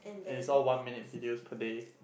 and it's all one minute videos per day